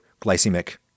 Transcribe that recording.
glycemic